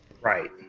Right